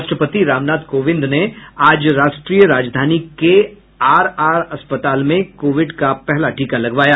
राष्ट्रपति रामनाथ कोविंद ने आज राष्ट्रीय राजधानी के आर आर अस्पताल में कोविड का पहला टीका लगवाया